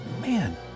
man